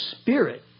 Spirit